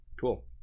cool